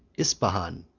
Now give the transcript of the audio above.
ispahan,